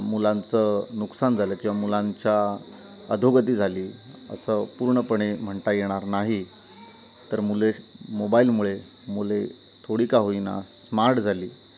मुलांचं नुकसान झालं किंवा मुलांच्या अधोगती झाली असं पूर्णपणे म्हणता येणार नाही तर मुले मोबाईलमुळे मुले थोडी का होईना स्मार्ट झाली